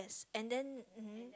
yes and then